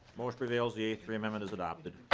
motion prevails the a three amendment is adopted.